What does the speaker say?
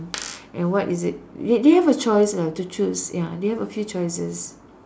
and what is it they they have a choice lah to choose ya they have a few choices